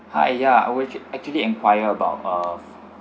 hai ya I would actually enquire about of